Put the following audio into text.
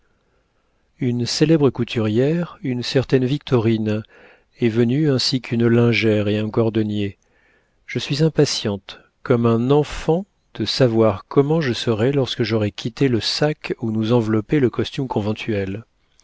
une célèbre couturière une certaine victorine est venue ainsi qu'une lingère et un cordonnier je suis impatiente comme un enfant de savoir comment je serai lorsque j'aurai quitté le sac où nous enveloppait le costume conventuel